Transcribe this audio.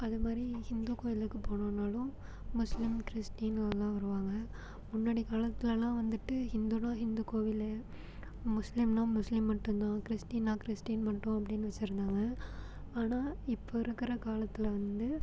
அது மாதிரி ஹிந்து கோயிலுக்கு போணும்னாலும் முஸ்லீம் கிறிஸ்ட்டின் அவங்களெலாம் வருவாங்க முன்னாடி காலத்துலெலாம் வந்துட்டு ஹிந்துவெலாம் ஹிந்து கோவில் முஸ்லீம்னால் முஸ்லீம் மட்டுந்தான் கிறிஸ்ட்டின்னால் கிறிஸ்ட்டின் மட்டும் அப்படின்னு வச்சிருந்தாங்க ஆனால் இப்போ இருக்கிற காலத்தில் வந்து